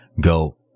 go